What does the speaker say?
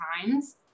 times